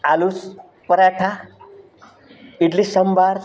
આલુ paratha idli સંભાર